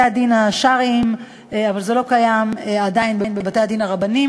עדיין אני